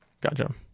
Gotcha